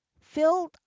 filled